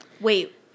Wait